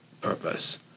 purpose